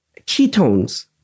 ketones